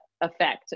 effect